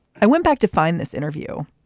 i went back to find this interview.